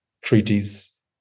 treaties